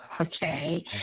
Okay